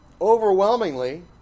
overwhelmingly